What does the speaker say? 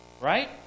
Right